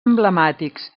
emblemàtics